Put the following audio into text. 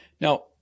Now